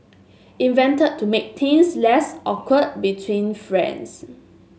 invented to make things less awkward between friends